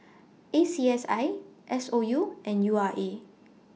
A C S I S O U and U R A